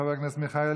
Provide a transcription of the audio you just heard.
חבר הכנסת מיכאל